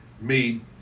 made